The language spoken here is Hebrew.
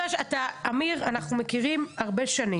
אמיר, אנחנו מכירים הרבה שנים.